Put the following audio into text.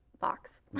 box